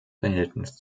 verhältnis